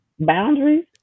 Boundaries